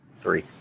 three